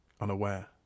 unaware